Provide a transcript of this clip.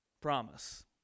promise